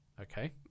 Okay